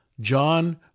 John